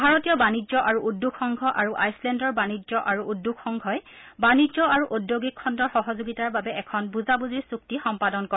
ভাৰতীয় বাণিজ্য আৰু উদ্যোগ সংঘ আৰু আইচলেণ্ডৰ বাণিজ্য আৰু উদ্যোগ সংঘই বাণিজ্য আৰু ওদ্যোগিক খণ্ডৰ সহযোগিতাৰ বাবে এখন বুজাবুজিৰ চুক্তি সম্পাদন কৰে